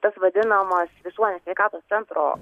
tas vadinamas visuomenės sveikatos centro